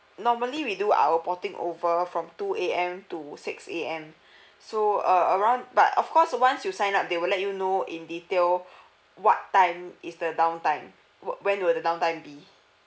normally we do our porting over from two A_M to six A_M so uh around but of course once you sign up they will let you know in detail what time is the downtime wi~ when will the down time be